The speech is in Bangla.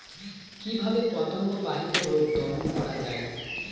কিভাবে পতঙ্গ বাহিত রোগ দমন করা যায়?